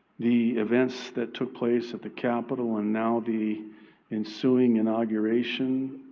the events that took place at the capitol and now the ensuing inauguration.